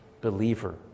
believer